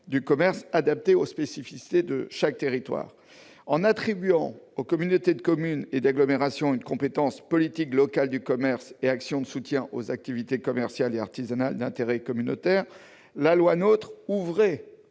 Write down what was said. du commerce adaptées aux spécificités de chaque territoire. En attribuant aux communautés de communes et d'agglomération une compétence « politique locale du commerce et actions de soutien aux activités commerciales et artisanales d'intérêt communautaire », la loi NOTRe a ouvert